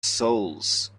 souls